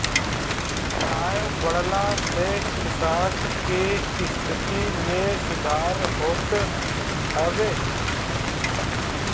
आय बढ़ला से किसान के स्थिति में सुधार होत हवे